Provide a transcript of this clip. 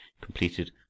completed